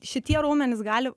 šitie raumenys gali